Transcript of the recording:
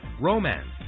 romance